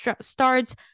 starts